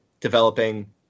developing